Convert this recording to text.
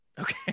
Okay